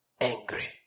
angry